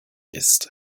ist